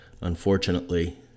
Unfortunately